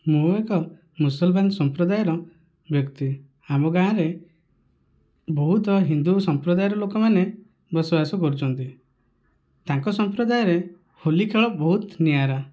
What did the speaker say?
ମୁଁ ଏକ ମୁସଲମାନ ସମ୍ପ୍ରଦାୟର ବ୍ୟକ୍ତି ଆମ ଗାଁରେ ବହୁତ ହିନ୍ଦୁ ସମ୍ପ୍ରଦାୟର ଲୋକମାନେ ବସବାସ କରୁଛନ୍ତି ତାଙ୍କ ସମ୍ପ୍ରଦାୟରେ ହୋଲି ଖେଳ ବହୁତ ନିଆରା